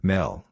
Mel